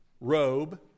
robe